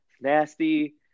nasty